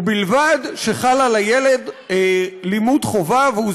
ובלבד שחל על הילד חוק לימוד חובה והוא